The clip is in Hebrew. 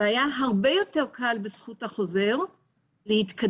והיה הרבה יותר קל בזכות החוזר להתקדם.